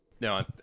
No